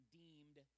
deemed